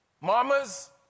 mamas